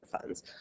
funds